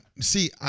see